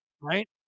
Right